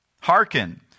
Hearken